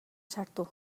sartu